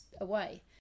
away